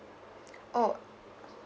oh